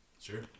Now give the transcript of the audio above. sure